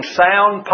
sound